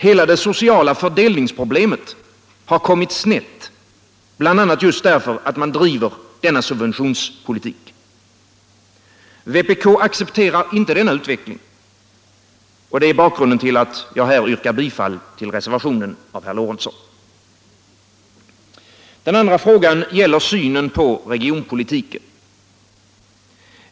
Hela det sociala fördelningsproblemet har kommit snett, bl.a. därför att man driver denna subventionspolitik. Vpk accepterar inte den utvecklingen. Det är bakgrunden till att jag yrkar bifall till reservationen av herr Lorentzon. Den andra frågan gäller synen på regionalpolitiken.